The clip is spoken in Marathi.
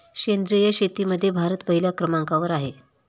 सेंद्रिय शेतीमध्ये भारत पहिल्या क्रमांकावर आहे